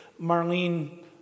Marlene